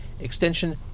extension